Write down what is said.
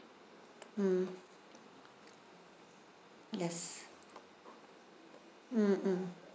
hmm yes mmhmm